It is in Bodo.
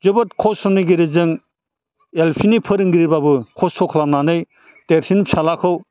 जोबोद खस्थ'नि गेजेरजों एलपिनि फोरोंगिरिबाबो खस्थ' खालामनानै देरसिन फिसाज्लाखौ